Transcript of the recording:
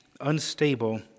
unstable